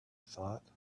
thought